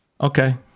Okay